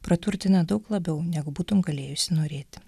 praturtina daug labiau negu būtum galėjusi norėti